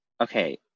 Okay